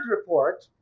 report